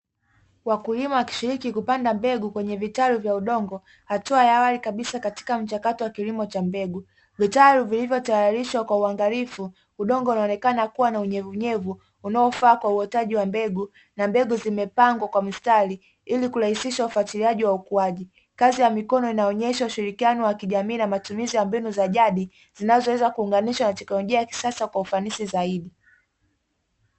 Wakulima wakishiriki kupanda mbegu kwenye vitalu vya udongo, hatua ya awali kabisa katika mchakato wa kilimo cha mbegu, vitaru vilivyotayarishwa kwa uangalifu, udongo unaonekana kuwa na unyevunyevu, unaofaa kwa uotaji wa mbegu, na mbegu zimepangwa kwa mistari ili kurahisisha ufuatiliaji wa ukuaji, kazi ya mikono inaonyesha ushirikiano wa kijamii na matumizi ya mbinu za jadi, zinazoweza kuunganisha katika njia ya kisasa kwa ufanisi zaidi.